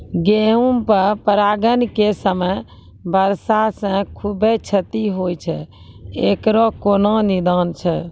गेहूँ मे परागण के समय वर्षा से खुबे क्षति होय छैय इकरो कोनो निदान छै?